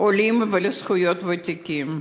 עולים ועל זכויות ותיקים.